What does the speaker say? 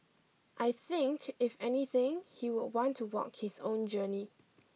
I think if anything he would want to walk his own journey